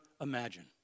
imagine